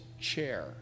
chair